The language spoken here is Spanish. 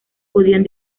podían